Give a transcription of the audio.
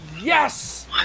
YES